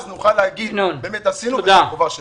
אז נוכל להגיד: באמת עשינו את החובה שלנו.